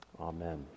Amen